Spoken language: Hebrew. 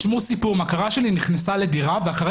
תשמעו סיפור: מכרה שלי נכנסה לדירה ואחרי